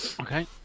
Okay